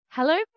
Hello